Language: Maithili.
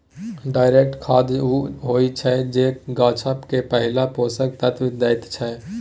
डायरेक्ट खाद उ होइ छै जे गाछ केँ पहिल पोषक तत्व दैत छै